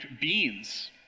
beans